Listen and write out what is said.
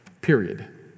period